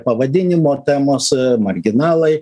pavadinimo temos marginalai